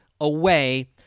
away